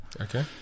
Okay